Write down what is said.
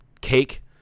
Cake